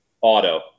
Auto